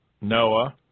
Noah